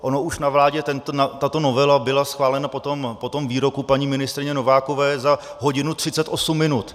Ono už na vládě tato novela byla schválena po tom výroku paní ministryně Novákové za hodinu třicet osm minut.